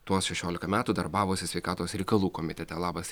tuos šešiolika metų darbavosi sveikatos reikalų komitete labas